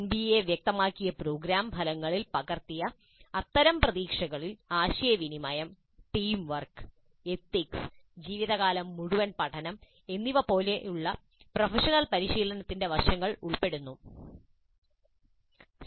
NBA വ്യക്തമാക്കിയ programme ഫലങ്ങളിൽ പകർത്തിയ അത്തരം പ്രതീക്ഷകളിൽ ആശയവിനിമയം ടീം വർക്ക് എത്തിക്സ് ജീവിതകാലം മുഴുവൻ പഠനം എന്നിവ പോലുള്ള പ്രൊഫഷണൽ പരിശീലനത്തിന്റെ വശങ്ങൾ ഉൾപ്പെടുന്നു ഞാൻ ഇപ്പോൾ സൂചിപ്പിച്ചതുപോലെ